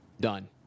Done